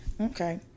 okay